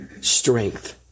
strength